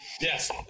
Yes